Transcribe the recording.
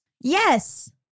Yes